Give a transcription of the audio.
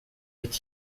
est